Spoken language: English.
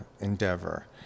endeavor